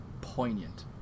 poignant